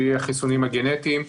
שהיא החיסונים הגנטיים,